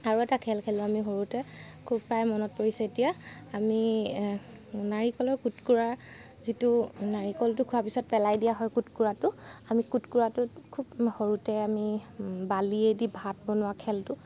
আৰু এটা খেল খেলোঁ আমি সৰুতে খুব প্ৰায়ে মনত পৰিছে এতিয়া আমি এহ নাৰিকলৰ কোটকোৰা যিটো নাৰিকলটো খোৱাৰ পিছত পেলাই দিয়া হয় কোটকোৰাটো আমি কোটকোৰাটো খুব সৰুতে আমি বালিয়েদি ভাত বনোৱা খেলটো